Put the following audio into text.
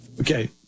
Okay